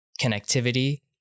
connectivity